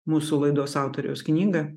mūsų laidos autoriaus knygą